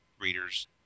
readers